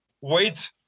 Wait